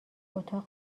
اتاق